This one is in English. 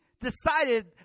decided